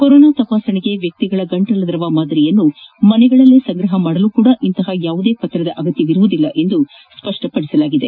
corona ತಪಾಸಣೆಗೆ ವ್ಯಕ್ತಿಗಳ ಗಂಟಲ ದ್ರವ ಮಾದರಿಯನ್ನು ಮನೆಗಳಲ್ಲಿಯೇ ಸಂಗ್ರಹಿಸಲು ಸಹ ಇಂತಹ ಯಾವುದೇ ಪತ್ರದ ಅಗತ್ಯವಿರುವುದಿಲ್ಲ ಎಂದು ಸ್ವಷ್ಟಪಡಿಸಲಾಗಿದೆ